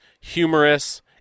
humorous